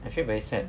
I feel very sad